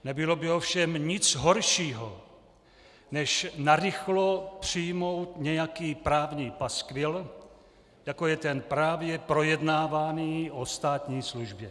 Nebylo by ovšem nic horšího než narychlo přijmout nějaký právní paskvil, jako je ten právě projednávaný o státní službě.